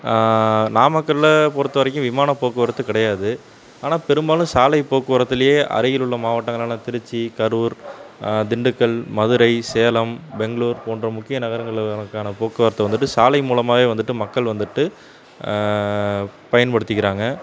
நாமக்கல்லை பொறுத்தவரைக்கும் விமானப் போக்குவரத்து கிடையாது ஆனால் பெரும்பாலும் சாலைப் போக்குவரத்துலேயே அருகிலுள்ள மாவட்டங்களான திருச்சி கரூர் திண்டுக்கல் மதுரை சேலம் பெங்களூர் போன்ற முக்கிய நகரங்களுக்கான போக்குவரத்தை வந்துவிட்டு சாலை மூலமாகவே வந்துவிட்டு மக்கள் வந்துவிட்டு பயன்படுத்திக்கிறாங்க